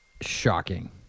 Shocking